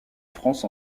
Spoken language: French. france